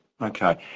okay